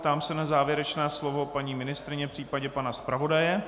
Ptám se na závěrečné slovo paní ministryně, případně pana zpravodaje.